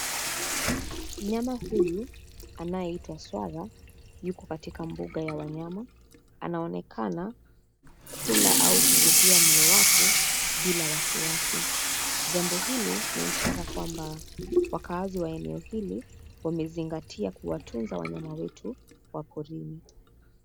Mnyama huyu anayeitwa swara yuko katika mbuga ya wanyama, anaonekana kula au kubugia mlo wake bila wasiwasi, jambo hili ni ishara kwamba wakaazi wa eneo hili wamezingatia kuwatunza wanyama wetu wa porini.